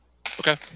Okay